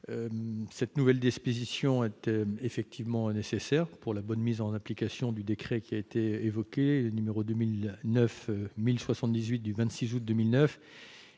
Cette nouvelle disposition est effectivement nécessaire pour la bonne mise en application du décret n° 2009-1078 du 26 août 2009,